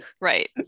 right